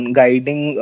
guiding